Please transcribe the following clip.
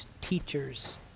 teachers